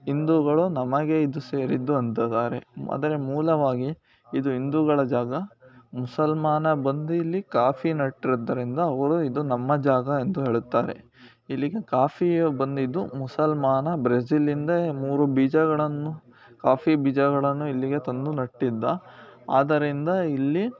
ಹಿಂದೂಗಳು ನಮಗೆ ಇದು ಸೇರಿದ್ದು ಅಂತತಿದ್ದಾರೆ ಅದರೆ ಮೂಲವಾಗಿ ಇದು ಹಿಂದೂಗಳ ಜಾಗ ಮುಸಲ್ಮಾನ ಬಂದಿಲ್ಲಿ ಕಾಫಿ ನೆಟ್ಟಿದ್ದರಿಂದ ಅವರು ಇದು ನಮ್ಮ ಜಾಗ ಎಂದು ಹೇಳುತ್ತಾರೆ ಇಲ್ಲಿಗೆ ಕಾಫಿಯು ಬಂದಿದ್ದು ಮುಸಲ್ಮಾನ ಬ್ರೆಸಿಲಿಂದ ಮೂರು ಬೀಜಗಳನ್ನು ಕಾಫಿ ಬೀಜಗಳನ್ನು ಇಲ್ಲಿಗೆ ತಂದು ನೆಟ್ಟಿದ್ದ ಆದರಿಂದ ಇಲ್ಲಿ